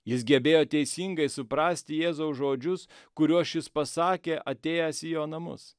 jis gebėjo teisingai suprasti jėzaus žodžius kuriuos šis pasakė atėjęs į jo namus